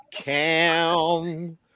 cam